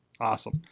Awesome